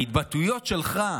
ההתבטאויות שלך,